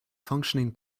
functioning